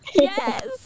Yes